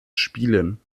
spielen